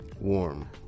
Warm